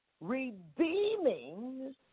redeeming